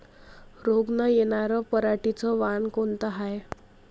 रोग न येनार पराटीचं वान कोनतं हाये?